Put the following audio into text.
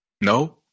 no